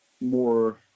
more